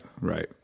right